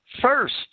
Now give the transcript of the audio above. first